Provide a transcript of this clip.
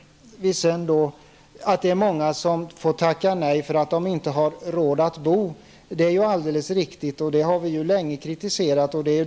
alldeles riktigt att många får tacka nej till en lägenhet, eftersom de inte har råd att bo där. Det är alldeles riktigt, och det har vi länge kritiserat.